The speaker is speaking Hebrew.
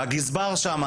הגזברים שם